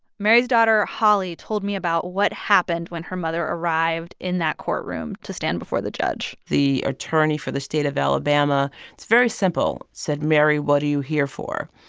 mary's daughter, holly, told me about what happened when her mother arrived in that courtroom to stand before the judge the attorney for the state of alabama it's very simple said, mary, what are you here for?